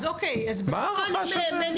מה ההערכה שלכם?